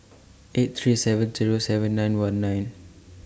eight three seven Zero seven nine one nine